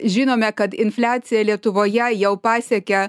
žinome kad infliacija lietuvoje jau pasiekė